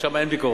שם אין ביקורות.